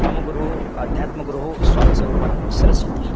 मम गुरुः अध्यात्मगुरुः स्वामी स्वरूपाननसरस्वती